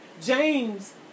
James